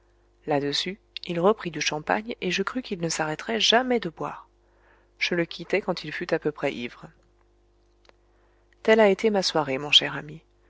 là-dessus il reprit du champagne et je crus qu'il ne s'arrêterait jamais de boire je le quittai quand il fut à peu près ivre telle a été ma soirée mon cher ami